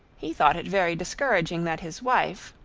he thought it very discouraging that his wife,